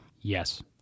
Yes